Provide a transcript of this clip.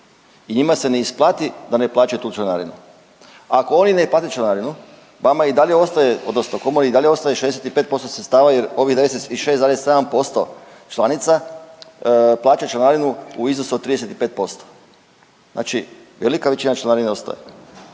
i njima se ne isplati da ne plaćaju tu članarinu. Ako oni ne plate članarinu vama i dalje ostaje odnosno komori i dalje ostaje 65% sredstava jer ovih 10 i 6,7% članica plaća članarinu iznosu od 35%. Znači velika većina članarine ostaje,